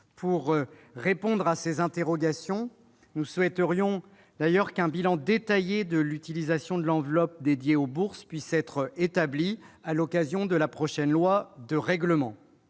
Pour répondre à ces interrogations, nous souhaiterions d'ailleurs qu'un bilan détaillé de l'utilisation de l'enveloppe dédiée aux bourses puisse être établi à l'occasion de la prochaine loi de règlement.